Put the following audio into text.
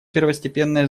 первостепенное